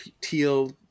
teal